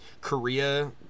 Korea